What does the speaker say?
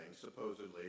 supposedly